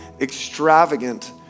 extravagant